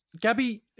Gabby